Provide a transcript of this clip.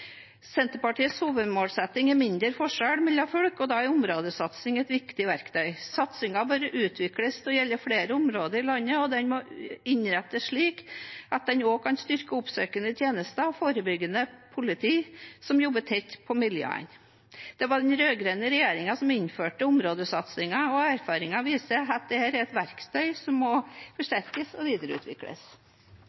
Senterpartiets hovedmålsetting er mindre forskjeller mellom folk, og da er områdesatsing et viktig verktøy. Satsingen bør utvides til å gjelde flere områder i landet, og den må innrettes slik at den også kan styrke oppsøkende tjenester og forebyggende politi som jobber tett på miljøene. Det var den rødgrønne regjeringen som innførte områdesatsingene, og erfaringene har vist at dette er et verktøy som må